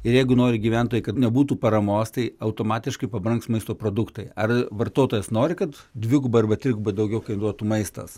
ir jeigu nori gyventojai kad nebūtų paramos tai automatiškai pabrangs maisto produktai ar vartotojas nori kad dvigubai arba trigubai daugiau kainuotų maistas